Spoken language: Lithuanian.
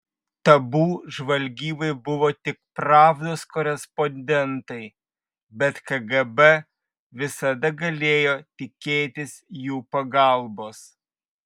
tabu žvalgybai buvo tik pravdos korespondentai bet kgb visada galėjo tikėtis jų pagalbos